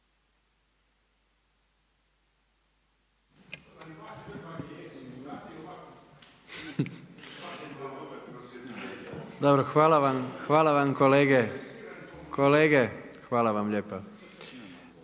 Hvala vam kolege. Kolege hvala vam lijepa.